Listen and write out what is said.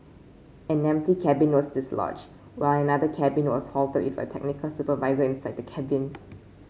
an empty cabin was dislodge while another cabin was halted with a technical supervisor inside the cabin